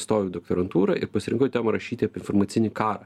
stojau į doktorantūrą ir pasirinkau temą rašyti apie informacinį karą